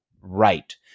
right